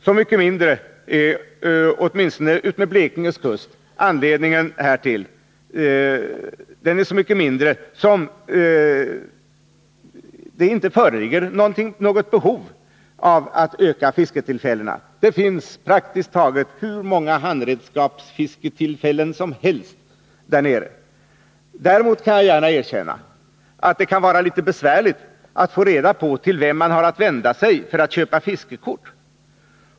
Så mycket mindre är det — åtminstone utmed Blekinges kust — anledning härtill som det inte föreligger något behov av att öka fisketillfällena. Det finns praktiskt taget hur många tillfällen till handredskapsfiske som helst där nere. Däremot kan jag gärna erkänna att det kan vara litet besvärligt att få reda på till vem man har att vända sig för att köpa fiskekort.